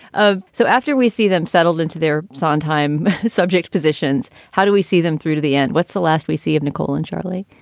so after we see them settled into their sondheim subjects positions, how do we see them through to the end? what's the last we see of nicole and charlie?